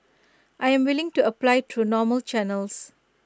I'm willing to apply through normal channels